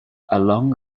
along